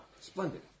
splendid